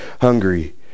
hungry